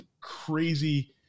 crazy